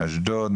מאשדוד,